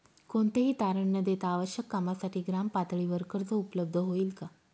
कोणतेही तारण न देता आवश्यक कामासाठी ग्रामपातळीवर कर्ज उपलब्ध होईल का?